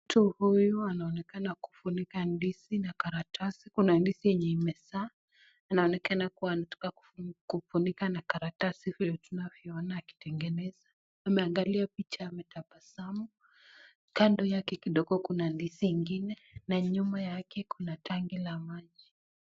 Mtu huyu anaonekana kufunika ndizi na karatasi. Kuna ndizi yenye imezaa, inaonekana anataka kufunika na karatasi vile tunavyoona akitengeneza, ameangalia picha ametabasamu, kando yake kidogo Kuna ndizi ingine, na nyuma yake Kuna tangi la maji.